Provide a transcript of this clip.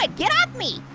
like get off me.